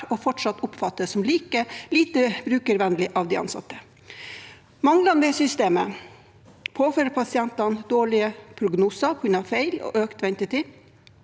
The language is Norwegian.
og fortsatt oppfattes som lite brukervennlig av de ansatte. Manglene ved systemet påfører pasientene dårlige prognoser på grunn av feil og økt ventetid.